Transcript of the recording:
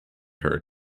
her